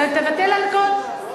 תבטל על הכול.